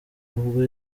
ubwo